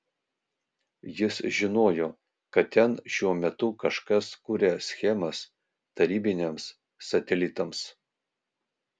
jis žinojo kad ten šiuo metu kažkas kuria schemas tarybiniams satelitams